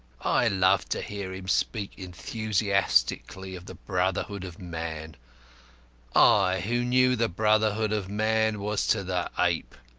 i loved to hear him speak enthusiastically of the brotherhood of man i, who knew the brotherhood of man was to the ape,